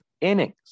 innings